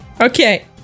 Okay